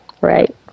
right